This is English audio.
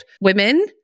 women